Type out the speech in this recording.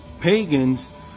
pagans